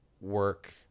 work